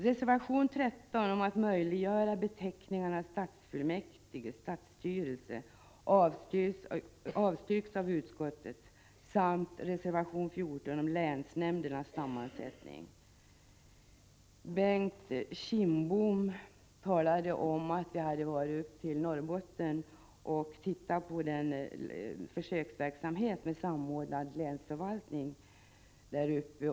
Reservation 13 om att möjliggöra beteckningarna stadsfullmäktige och stadsstyrelse avstyrks av utskottet, liksom reservation 14 om länsnämndernas sammansättning. Bengt Kindbom talade om att vi hade varit i Norrbotten och tittat på försöksverksamheten med samordnad länsförvaltning där uppe.